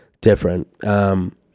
different